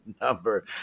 number